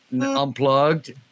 unplugged